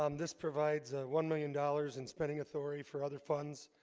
um this provides a one million dollars in spending authority for other funds